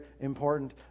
important